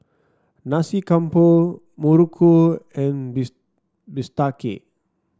Nasi Campur muruku and bistake